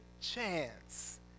chance